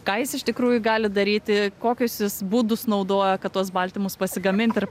ką jis iš tikrųjų gali daryti kokius jis būdus naudoja kad tuos baltymus pasigamint ir